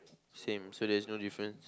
same so there's no difference